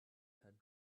had